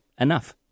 enough